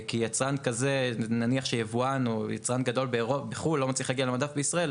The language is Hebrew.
כי נניח שיבואן או יצרן גדול בחו"ל לא מצליח להגיע למדף בישראל,